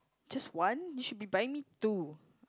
just one you should be buying me two